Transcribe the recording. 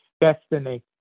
destiny